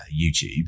YouTube